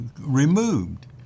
removed